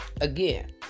Again